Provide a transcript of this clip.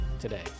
today